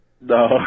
No